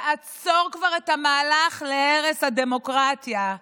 תעצור כבר את המהלך להרס הדמוקרטיה.